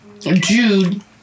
Jude